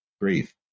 grief